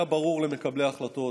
היה ברור למקבלי ההחלטות,